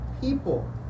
people